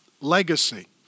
Legacy